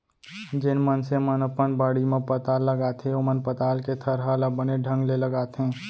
जेन मनसे मन अपन बाड़ी म पताल लगाथें ओमन पताल के थरहा ल बने ढंग ले लगाथें